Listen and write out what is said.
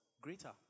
Greater